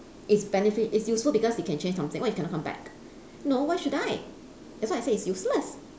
it's benefit it's useful because you can change something what if you cannot come back no why should I that's why I say it's useless